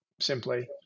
simply